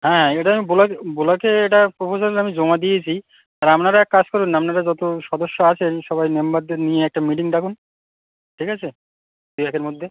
হ্যাঁ এটা আমি বোলাকে বোলাকে এটা প্রোপোজাল আমি জমা দিয়েছি তা আপনারা এক কাজ করুন না আপনারা যত সদস্য আছেন সবাই মেম্বারদের নিয়ে একটা মিটিং ডাকুন ঠিক আছে এই মধ্যে